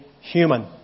human